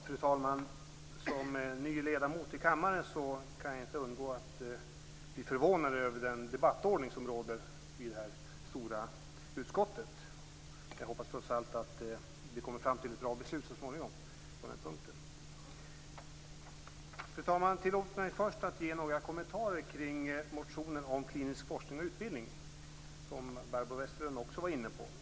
Fru talman! Som ny ledamot i kammaren kan jag inte undgå att bli förvånad över den debattordning som råder i detta stora utskott. Jag hoppas trots allt att vi kommer fram till ett bra beslut på den punkten så småningom. Fru talman! Tillåt mig först att ge några kommentarer kring motionen om klinisk forskning och utbildning, som Barbro Westerholm också var inne på.